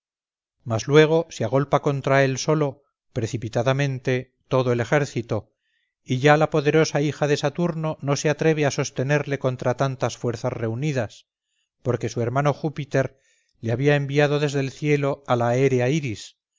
mas luego se agolpa contra él solo precipitadamente todo el ejército y ya la poderosa hija de saturno no se atreve a sostenerle contra tantas fuerzas reunidas porque su hermano júpiter le había enviado desde el cielo a la aérea iris